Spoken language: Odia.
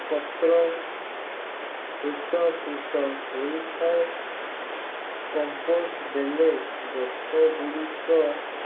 ପତ୍ର ହୃଷ୍ଟପୃଷ୍ଟ ହୋଇଥାଏ କମ୍ପୋଷ୍ଟ ଦେଲେ ଗଛଗୁଡ଼ିକ